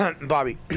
Bobby